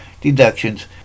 deductions